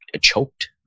choked